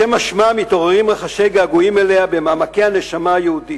לשמע שמה מתעוררים רחשי געגועים אליה במעמקי הנשמה היהודית.